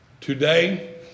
Today